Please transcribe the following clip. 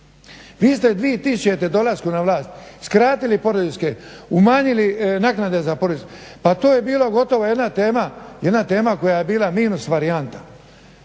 Vi ste 2000. dolaskom na vlast skratili poreske, umanjili naknade za porez, pa to je bila gotovo jedna tema koja je bila minus varijanta.